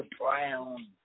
Brown